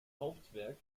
hauptwerk